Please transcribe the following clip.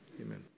amen